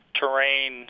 terrain